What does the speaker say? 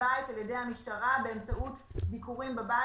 בית על ידי המשטרה באמצעות ביקורים בבית.